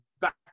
back